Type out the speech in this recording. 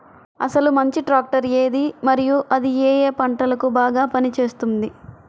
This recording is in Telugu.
అసలు మంచి ట్రాక్టర్ ఏది మరియు అది ఏ ఏ పంటలకు బాగా పని చేస్తుంది?